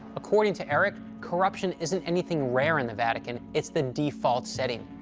according to eric, corruption isn't anything rare in the vatican. it's the default setting.